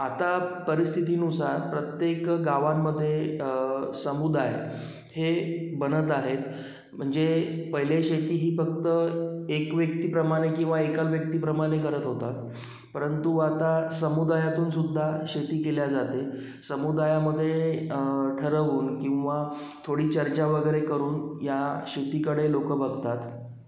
आता परिस्थितीनुसार प्रत्येक गावांमध्ये समुदाय हे बनत आहेत म्हणजे पहिले शेती ही फक्त एक व्यक्तीप्रमाणे किंवा एका व्यक्तीप्रमाणे करत होता परंतु आता समुदायातूनसुद्धा शेती केली जाते समुदायामध्ये ठरवून किंवा थोडी चर्चा वगैरे करून या शेतीकडे लोकं बघतात